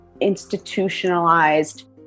institutionalized